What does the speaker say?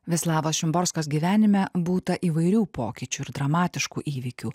vislavos šimborskos gyvenime būta įvairių pokyčių ir dramatiškų įvykių